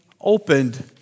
opened